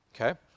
okay